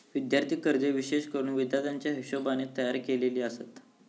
विद्यार्थी कर्जे विशेष करून विद्यार्थ्याच्या हिशोबाने तयार केलेली आसत